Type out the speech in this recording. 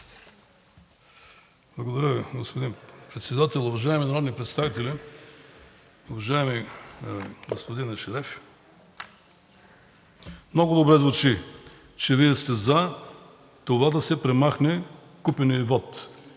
Благодаря, господин Председател. Уважаеми народни представители! Уважаеми господин Ешереф, много добре звучи, че Вие сте „за“ това да се премахне купеният вот